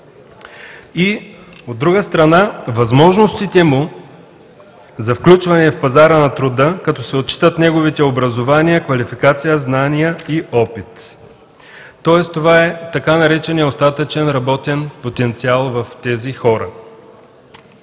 и от друга страна – възможностите му за включване в пазара на труда, като се отчитат неговите образования, квалификация, знания и опит. Тоест, това е така нареченият „остатъчен работен потенциал“ в тези хора.